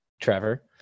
Trevor